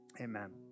amen